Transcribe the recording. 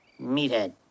Meathead